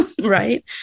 right